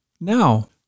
Now